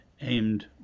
aimed